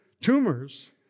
tumors